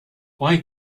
why